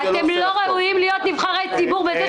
אתם לא ראויים להיות נבחרי ציבור.